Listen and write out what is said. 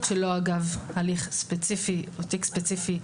שלא אגב הליך ספציפי או תיק ספציפי,